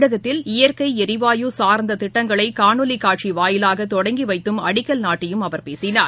தமிழகத்தில் இயற்கைஎரிவாயு சார்ந்ததிட்டங்களைகாணொலிகாட்சிவாயிலாகதொடங்கிவைத்தும் அடிக்கல் நாட்டியும் அவர் பேசினார்